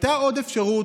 עלתה עוד אפשרות,